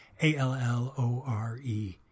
A-L-L-O-R-E